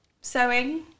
sewing